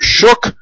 shook